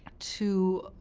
to